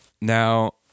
Now